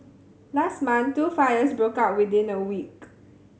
last month two fires broke out within a week